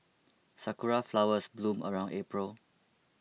sakura flowers bloom around April